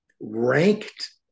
ranked